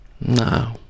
No